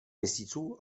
měsíců